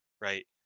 Right